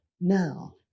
now